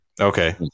Okay